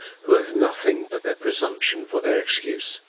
who have nothing but their presumption for their excuse.